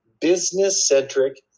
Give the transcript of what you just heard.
business-centric